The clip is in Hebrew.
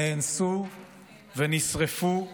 נאנסו ונשרפו נשים,